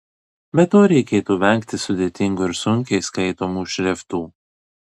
be to reikėtų vengti sudėtingų ir sunkiai skaitomų šriftų